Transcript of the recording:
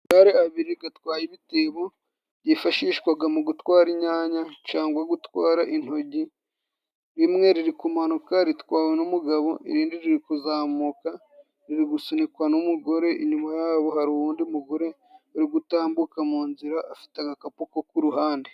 Amagare abiri gatwaye ibitebo byifashishwaga mu gutwara inyanya cangwa gutwara intojyi, rimwe riri kumanuka ritwawe n'umugabo, irindi riri kuzamuka riri gusunikwa n'umugore, inyuma yabo hari uwundi mugore uri gutambuka mu nzira afite agakapu ko ku ruhande.